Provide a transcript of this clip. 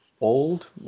old